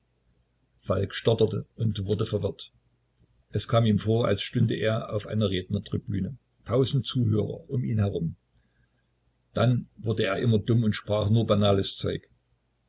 falk stotterte und wurde verwirrt es kam ihm vor als stünde er auf einer rednertribüne tausend zuhörer um ihn herum dann wurde er immer dumm und sprach nur banales zeug